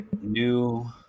new